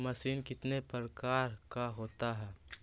Machine कितने प्रकार का होता है?